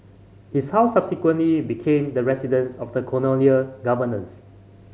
his house subsequently became the residence of the colonial governors